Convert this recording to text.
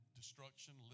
destruction